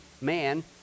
man